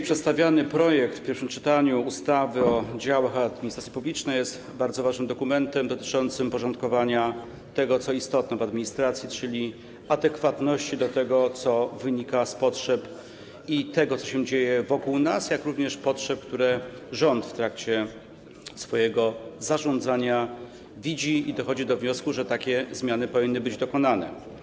Przedstawiany dzisiaj w pierwszym czytaniu projekt ustawy o zmianie ustawy o działach administracji rządowej jest bardzo ważnym dokumentem dotyczącym porządkowania tego, co istotne w administracji, czyli adekwatności do tego, co wynika z potrzeb i tego, co się dzieje wokół nas, jak również potrzeb, które rząd w trakcie swojego zarządzania widzi i w związku z którymi dochodzi do wniosku, że takie zmiany powinny być dokonane.